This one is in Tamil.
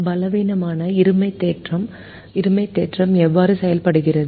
பலவீனமான இருமை தேற்றம் எவ்வாறு செயல்படுகிறது